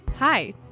Hi